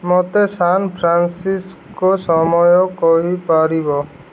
ମୋତେ ସାନ୍ ଫ୍ରାନ୍ସିସ୍କୋରେ ସମୟ କହିପାରିବ